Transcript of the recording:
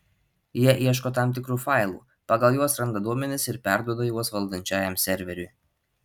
jie ieško tam tikrų failų pagal juos randa duomenis ir perduoda juos valdančiajam serveriui